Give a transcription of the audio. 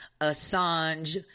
Assange